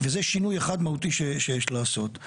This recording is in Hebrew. וזה שינוי אחד מהותי שיש לעשות.